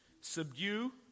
subdue